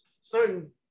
certain